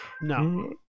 no